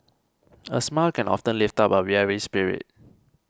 a smile can often lift up a weary spirit